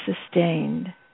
sustained